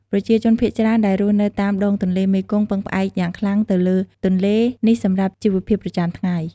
ប្រជាជនភាគច្រើនដែលរស់នៅតាមដងទន្លេមេគង្គពឹងផ្អែកយ៉ាងខ្លាំងទៅលើទន្លេនេះសម្រាប់ជីវភាពប្រចាំថ្ងៃ។